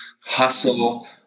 hustle